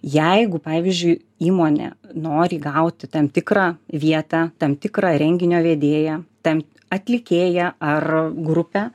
jeigu pavyzdžiui įmonė nori gauti tam tikrą vietą tam tikrą renginio vedėją tam atlikėją ar grupę